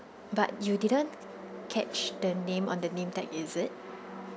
but you didn't catch the name on the name tag is it